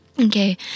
Okay